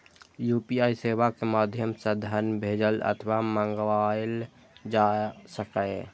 UPI सेवा के माध्यम सं धन भेजल अथवा मंगाएल जा सकैए